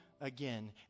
again